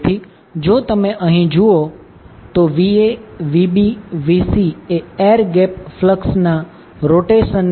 તેથી જો તમે અહીં જુઓ તો Va Vb Vc એ એર ગેપ ફ્લક્સ ના રોટેશન ની દિશામાં ગોઠવાયેલ છે